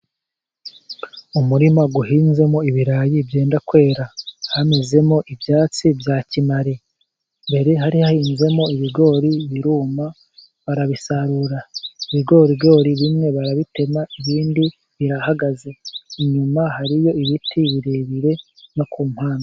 Umuririma uhinzemo ibirayi byenda kwera, hamezemo ibyatsi bya kimari, mbere hari hahinzemo ibigori biruma barabisarura ibigorigori bimwe barabitema ibindi birahagaze. Inyuma hariyo ibiti birebire no ku mpande.